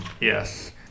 Yes